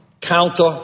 counter